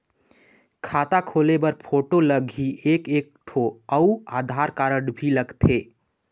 खाता खोले बर फोटो लगही एक एक ठो अउ आधार कारड भी लगथे?